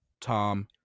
Tom